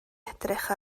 edrych